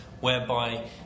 whereby